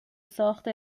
ساخت